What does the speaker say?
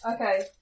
Okay